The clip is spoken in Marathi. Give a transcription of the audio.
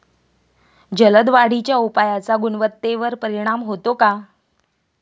जलद वाढीच्या उपायाचा गुणवत्तेवर परिणाम होतो का?